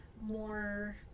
more